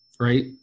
right